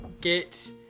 get